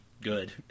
good